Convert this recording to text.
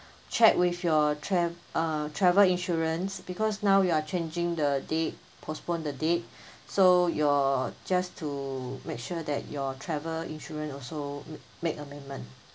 check with your tra~ uh travel insurance because now we are changing the date postpone the date so your just to make sure that your travel insurance also make amendment